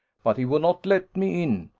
but he would not let me in.